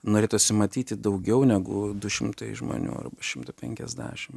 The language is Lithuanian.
norėtųsi matyti daugiau negu du šimtai žmonių arba šimtą penkiasdešim